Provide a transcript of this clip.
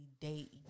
date